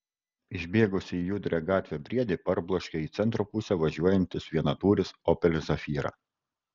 išbėgusį į judrią gatvę briedį parbloškė į centro pusę važiuojantis vienatūris opel zafira